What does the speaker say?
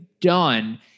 done